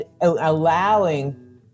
allowing